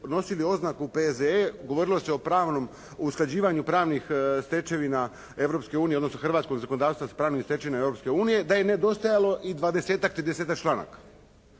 nosili oznaku P.Z. govorilo se o pravnom, usklađivanju pravnih stečevina Europske unije odnosno hrvatskog zakonodavstva sa pravnim stečevinama Europske unije da je nedostajalo i 20-ak, 30-ak članaka.